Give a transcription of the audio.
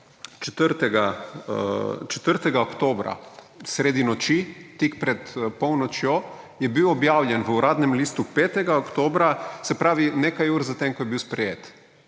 4. oktobra sredi noči, tik pred polnočjo, je bil objavljen v Uradnem listu 5. oktobra, se pravi nekaj ur zatem, ko je bil sprejet.